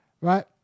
Right